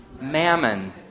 mammon